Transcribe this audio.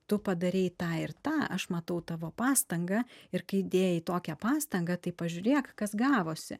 tu padarei tą ir tą aš matau tavo pastangą ir kai įdėjai tokią pastangą tai pažiūrėk kas gavosi